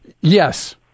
Yes